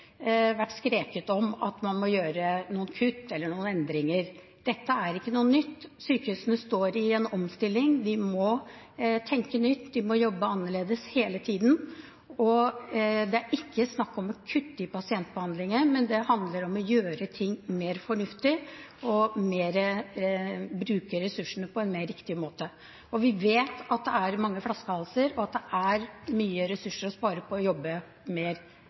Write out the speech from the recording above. vært skreket om at man må gjøre noen kutt eller noen endringer. Dette er ikke noe nytt. Sykehusene står i en omstilling. De må tenke nytt, og de må jobbe annerledes hele tiden. Det er ikke snakk om å kutte i pasientbehandlingen, men det handler om å gjøre ting mer fornuftig og bruke ressursene på en mer riktig måte. Vi vet at det er mange flaskehalser, og at det er mye ressurser å spare på å jobbe mer